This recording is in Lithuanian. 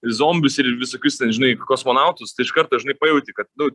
zombius ir visokius ten žinai kosmonautus tai iš karto žinai pajauti kad nu